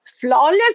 flawless